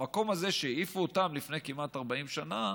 המקום הזה שהעיפו אותם אליו לפני כמעט 40 שנה,